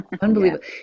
Unbelievable